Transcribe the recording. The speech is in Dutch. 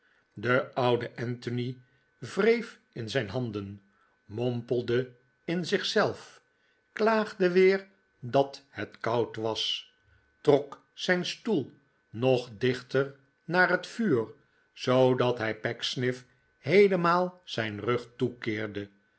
de oude anthony wreef in zijn handen mompelde in zich zelf klaagde weer dat het koud was trok zijn stoel nog dichter naar het vuur zoodat hij pecksniff heelemaal zijn rug toekeerde